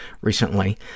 recently